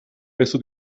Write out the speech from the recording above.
peso